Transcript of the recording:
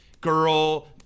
girl